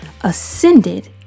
ascended